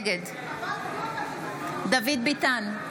נגד דוד ביטן,